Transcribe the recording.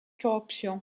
corruption